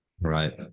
Right